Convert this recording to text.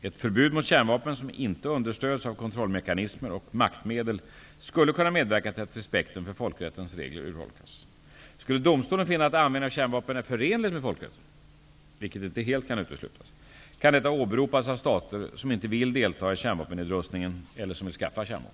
Ett förbud mot kärnvapen som inte understödjs av kontrollmekanismer och maktmedel skulle kunna medverka till att respekten för folkrättens regler urholkas. Skulle domstolen finna att användning av kärnvapen är förenligt med folkrätten -- vilket inte helt kan uteslutas -- kan detta åberopas av stater, som inte vill delta i kärnvapennedrustningen eller som vill skaffa kärnvapen.